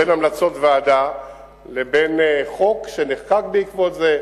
בין המלצות ועדה לבין חוק שנחקק בעקבות זה,